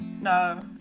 No